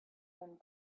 and